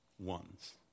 One's